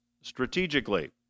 strategically